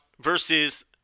Versus